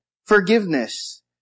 Forgiveness